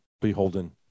beholden